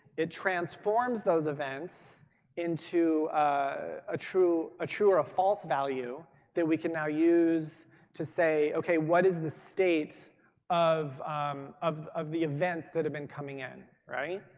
it transforms those events into a true a true or a false value that we can now use to say, okay. what is the state of of the events that have been coming in?